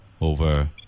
over